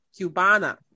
Cubana